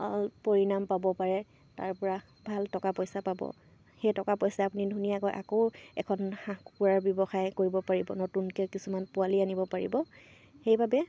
পৰিণাম পাব পাৰে তাৰপৰা ভাল টকা পইচা পাব সেই টকা পইচাই আপুনি ধুনীয়াকৈ আকৌ এখন হাঁহ কুকুৰাৰ ব্যৱসায় কৰিব পাৰিব নতুনকৈ কিছুমান পোৱালি আনিব পাৰিব সেইবাবে